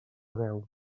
veu